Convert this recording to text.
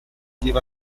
lleva